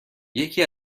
یکی